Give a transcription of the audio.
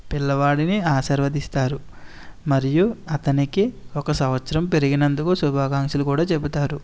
పిల్లవాడిని ఆశీర్వదిస్తారు మరియు అతనికి ఒక సంవత్సరం పెరిగినందుకు శుభాకాంక్షలు కూడా చెబుతారు